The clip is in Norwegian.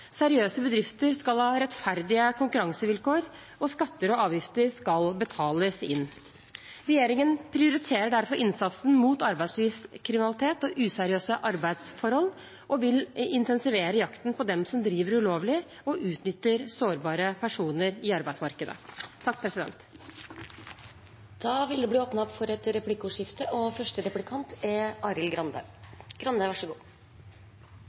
Seriøse bedrifter skal ha rettferdige konkurransevilkår, og skatter og avgifter skal betales inn. Regjeringen prioriterer derfor innsatsen mot arbeidslivskriminalitet og useriøse arbeidsforhold og vil intensivere jakten på dem som driver ulovlig og utnytter sårbare personer i arbeidsmarkedet. Det blir replikkordskifte. Statsråd Hauglie og